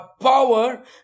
power